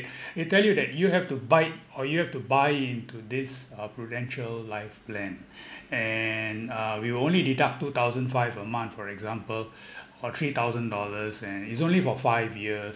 they tell you that you have to buy or you have to buy into this uh prudential life plan and uh we will only deduct two thousand five a month for example or three thousand dollars and it's only for five years